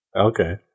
Okay